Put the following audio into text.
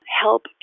help